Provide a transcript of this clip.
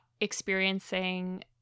experiencing